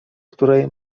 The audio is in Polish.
której